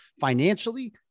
financially